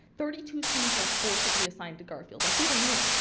thirty two students are forcibly assigned to garfield including me.